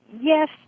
yes